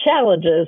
challenges